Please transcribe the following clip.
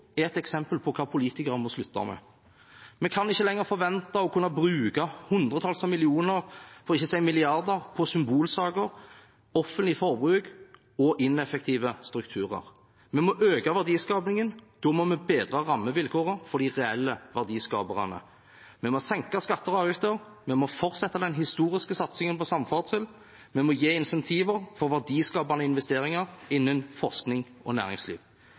et eksempel på hva politikere må slutte med. Vi kan ikke lenger forvente å kunne bruke hundretalls millioner – for ikke å si milliarder – på symbolsaker, offentlig forbruk og ineffektive strukturer. Vi må øke verdiskapingen. Da må vi bedre rammevilkårene for de reelle verdiskaperne. Vi må senke skatter og avgifter. Vi må fortsette den historiske satsingen på samferdsel. Vi må gi incentiver til verdiskapende investeringer innen forskning og næringsliv.